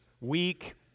week